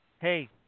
hey